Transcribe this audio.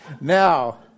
Now